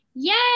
Yes